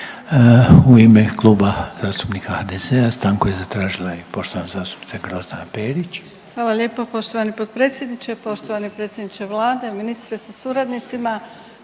U ime Kluba zastupnika HDZ-a stanku je zatražila i poštovana zastupnica Grozdana Perić. **Perić, Grozdana (HDZ)** Hvala lijepo. Poštovani potpredsjedniče, poštovani predsjedniče Vlade, ministre sa suradnicima